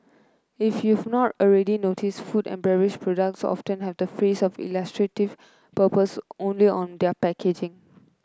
if you've not already noticed food and beverage products often have the phrase for illustrative purpose only on their packaging